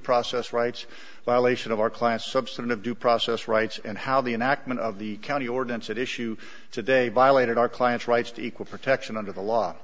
process rights violation of our client's substantive due process rights and how the an act one of the county ordinance at issue today violated our client's rights to equal protection under the law